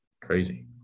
crazy